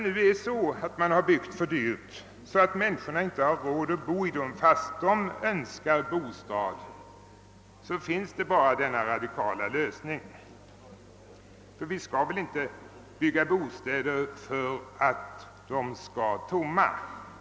När man har byggt för dyrt, så att människorna inte har råd att bo i lägenheterna fastän de önskar en bostad, återstår bara denna radikala lösning, ty vi skall väl inte bygga bostäder för att sedan låta dem stå tomma.